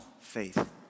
faith